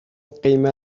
قیمه